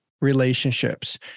relationships